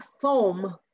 foam